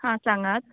आं सांगात